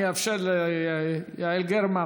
אני אאפשר ליעל גרמן,